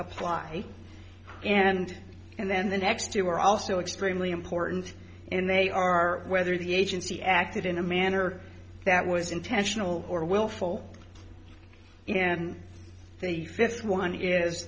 apply and then the next two are also extremely important and they are whether the agency acted in a manner that was intentional or willful and the fifth one is